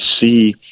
see